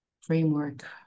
framework